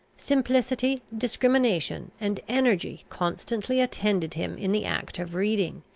simplicity, discrimination, and energy constantly attended him in the act of reading,